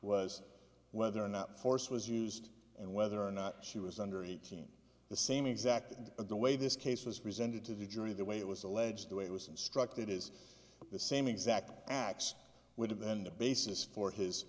was whether or not force was used and whether or not she was under eighteen the same exact and the way this case was presented to the jury the way it was alleged the way it was instructed is the same exact acts would have been the basis for his